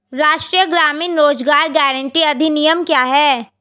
राष्ट्रीय ग्रामीण रोज़गार गारंटी अधिनियम क्या है?